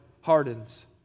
hardens